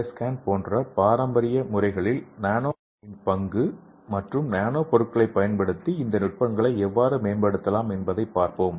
ஐ scan போன்ற பாரம்பரிய முறைகளில் நானோ பொருட்களின் பங்கு மற்றும் நானோ பொருட்களைப் பயன்படுத்தி இந்த நுட்பங்களை எவ்வாறு மேம்படுத்தலாம் என்பதைப் பார்ப்போம்